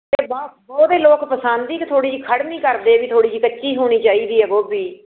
ਬਹੁਤੇ ਲੋਕ ਪਸੰਦ ਹੀ ਕਿ ਥੋੜ੍ਹੀ ਜਿਹੀ ਖੜਵੀਂ ਕਰਦੇ ਵੀ ਥੋੜ੍ਹੀ ਜਿਹੀ ਕੱਚੀ ਹੋਣੀ ਚਾਹੀਦੀ ਹੈ ਗੋਭੀ